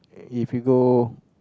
if you go